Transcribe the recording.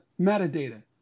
metadata